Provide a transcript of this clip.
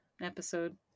episode